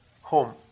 home